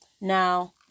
Now